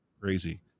crazy